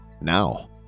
now